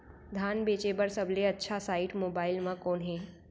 धान बेचे बर सबले अच्छा साइट मोबाइल म कोन हे?